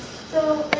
so